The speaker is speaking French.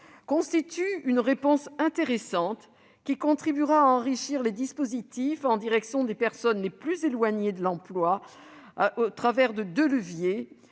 constitue une réponse intéressante, qui contribuera à enrichir les dispositifs en direction des personnes les plus éloignées de l'emploi à travers deux leviers